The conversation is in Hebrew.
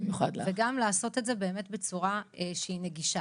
וגם לעשות את זה באמת בצורה שהיא נגישה.